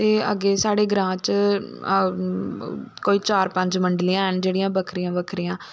ते अग्गै साढ़े ग्रां च कोई चार पंज मंडलियां हैन जेहड़ियां बक्खरियां बक्खरियां